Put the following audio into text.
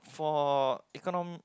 for econom~